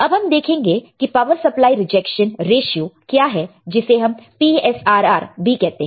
अब हम देखेंगे कि पावर सप्लाई रिजेक्शन रेश्यो क्या है जिसे हम PSRR भी कहते हैं